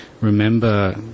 remember